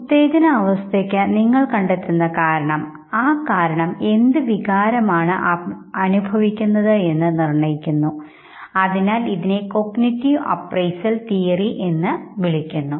ഉത്തേജനാവസ്ഥക്കു നിങ്ങൾ കണ്ടെത്തുന്ന കാരണം ആ കാരണം എന്ത് വികാരമാണ് അനുഭവിക്കുന്നത് എന്ന് നിർണ്ണയിക്കുന്നു അതിനാൽ ഇതിനെ കോഗ്നിറ്റീവ് അപ്രൈസൽ തിയറി എന്ന് വിളിക്കുന്നു